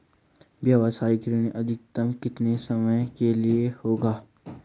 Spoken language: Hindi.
व्यावसायिक ऋण अधिकतम कितने समय के लिए होगा?